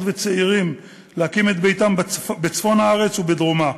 וצעירים להקים את ביתם בצפון הארץ ובדרומה,